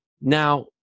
now